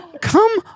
come